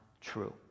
true